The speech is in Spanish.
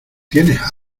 tienes